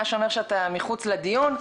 מה שאומר שאתה מחוץ לדיון.